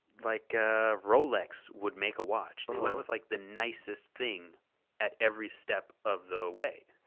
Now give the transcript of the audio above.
like ah rolex would make a watch. they went with like the nicest thing at every step of the way.